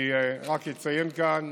אני רק אציין כאן